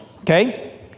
okay